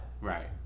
right